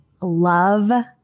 love